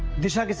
disha.